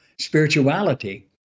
spirituality